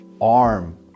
ARM